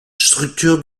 structure